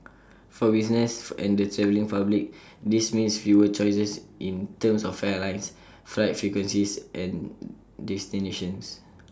for businesses and the travelling public this means fewer choices in terms of airlines flight frequencies and destinations